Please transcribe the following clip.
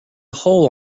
hole